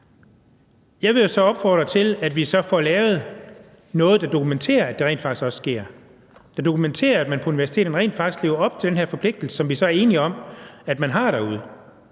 Jeg vil jo så opfordre til, at vi får lavet noget, der dokumenterer, at det rent faktisk også sker, altså noget, der dokumenterer, at man på universiteterne rent faktisk lever op til den her forpligtelse, som vi så er enige om at man har derude.